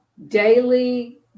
Daily